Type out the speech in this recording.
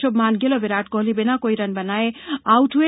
श्रभमान गिल और विराट कोहली बिना कोई रन बनाए आउट हए